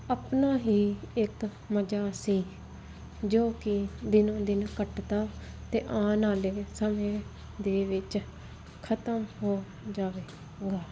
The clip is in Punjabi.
ਆਪਣਾ ਹੀ ਇੱਕ ਮਜਾ ਸੀ ਜੋ ਕਿ ਦਿਨੋ ਦਿਨ ਕੱਟਤਾ ਤੇ ਆਉਣ ਵਾਲੇ ਸਮੇ ਦੇ ਵਿੱਚ ਖਤਮ ਹੋ ਜਾਵੇਗਾ